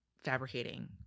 fabricating